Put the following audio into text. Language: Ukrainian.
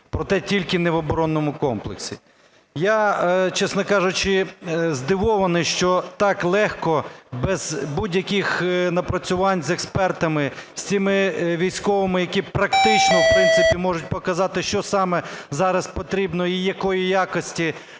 про те тільки не в оборонному комплексі. Я, чесно кажучи, здивований, що так легко без будь-яких напрацювань з експертами, з цими військовими, які практично в принципі можуть показати, що саме зараз потрібно і якої якості